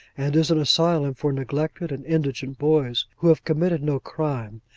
and is an asylum for neglected and indigent boys who have committed no crime,